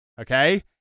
okay